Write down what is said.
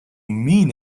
mean